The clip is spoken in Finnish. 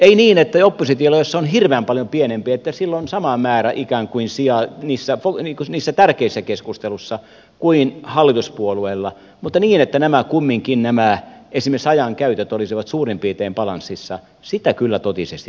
ei niin että oppositiolla jos se on hirveän paljon pienempi on sama määrä ikään kuin sijaa niissä tärkeissä keskusteluissa kuin hallituspuolueilla mutta niin että kumminkin esimerkiksi nämä ajan käytöt olisivat suurin piirtein balansissa sitä kyllä totisesti toivon